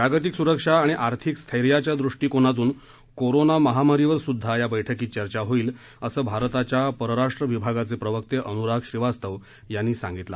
जागतिक सुरक्षा आणि आर्थिक स्थैर्याच्या दृष्टिकोनातून कोरोना महामारीवर सुद्धा या बैठकीत चर्चा होईल असं भारताच्या परराष्ट्र विभागाचे प्रवक्ते अनुराग श्रीवास्तव यांनी सांगितलं